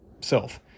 self